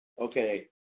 Okay